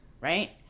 right